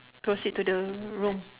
proceed to the room